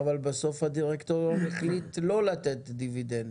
בסוף הדירקטוריון החליט לא לתת דיבידנד.